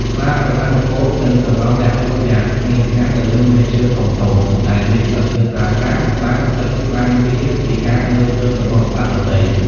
ខ្លារខិនពពកនឹងសំងំលាក់ខ្លួនយ៉ាងស្ងៀមស្ងាត់នៅលើមែកឈើធំៗ ដែលមានស្លឹកឈើក្រាស់ៗបាំងបិទបាំងវាពីការមើលឃើញរបស់សត្វដទៃ។